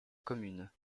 commune